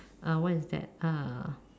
uh what is that uh